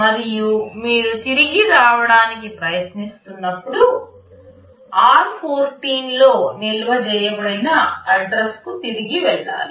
మరియు మీరు తిరిగి రావడానికి ప్రయత్నిస్తున్నప్పుడు r14 లో నిల్వ చేయబడిన అడ్రస్ కు తిరిగి వెళ్లాలి